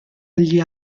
agli